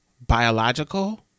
biological